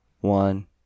One